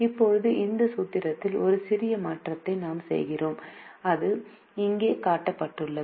இப்போது இந்த சூத்திரத்தில் ஒரு சிறிய மாற்றத்தை நாம் செய்கிறோம் அது இங்கே காட்டப்பட்டுள்ளது